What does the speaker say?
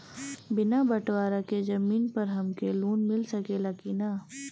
बिना बटवारा के जमीन पर हमके लोन मिल सकेला की ना?